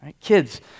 Kids